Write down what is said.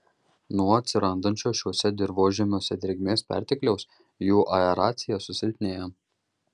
nuo atsirandančio šiuose dirvožemiuose drėgmės pertekliaus jų aeracija susilpnėja